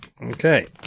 Okay